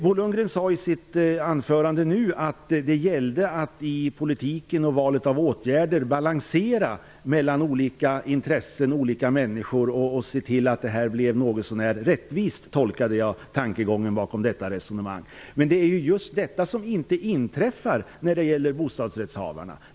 Bo Lundgren sade i sitt senaste inlägg att det gäller att i politiken och i valet av åtgärder balansera mellan olika intressen och olika människor för att se till att det blir en någorlunda rättvisa. Så tolkar jag tankegången bakom detta resonemang. Men det är ju just detta som inte inträffar när det gäller bostadsrättshavarna.